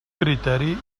criteri